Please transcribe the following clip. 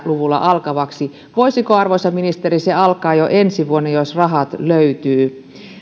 luvulla alkavaksi voisiko arvoisa ministeri se alkaa jo ensi vuonna jos rahat löytyvät